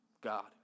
God